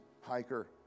hiker